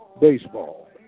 Baseball